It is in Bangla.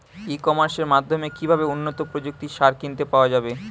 ই কমার্সের মাধ্যমে কিভাবে উন্নত প্রযুক্তির সার কিনতে পাওয়া যাবে?